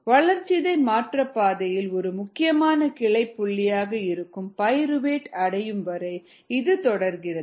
வளர்சிதை மாற்ற பாதையில் ஒரு முக்கியமான கிளை புள்ளியாக இருக்கும் பைருவேட் அடையும் வரை இது தொடர்கிறது